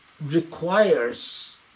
requires